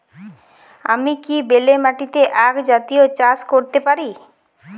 আমি কি বেলে মাটিতে আক জাতীয় চাষ করতে পারি?